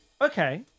Okay